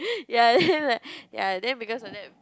ya then like ya then because of that